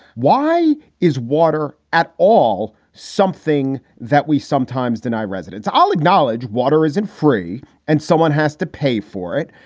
why is water at all? something that we sometimes deny. residents all acknowledge water isn't free and someone has to pay for it.